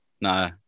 No